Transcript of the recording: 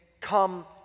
come